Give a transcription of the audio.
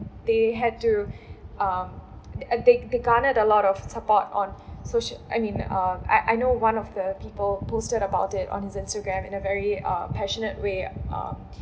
they had to um they they garnered a lot of support on socia~ I mean I I know one of the people posted about it on his Instagram in a very uh passionate way um